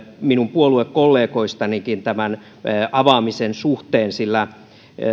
puoluekollegoistanikin tämän avaamisen suhteen sillä